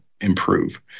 improve